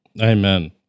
Amen